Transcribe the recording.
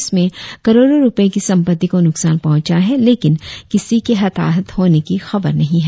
इसमें करोड़ों रुपये की संपत्ति को नुकसान पाहंचा है लेकिन किसी के इताहत होने की खबर नही है